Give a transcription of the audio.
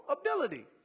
ability